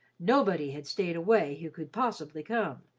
nobody had staid away who could possibly come,